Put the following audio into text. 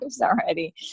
already